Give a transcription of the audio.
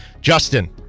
Justin